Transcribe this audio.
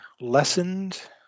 lessened